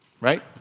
right